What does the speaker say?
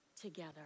together